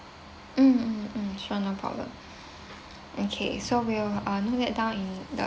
mm mm mm sure no problem okay so we'll uh note that down in the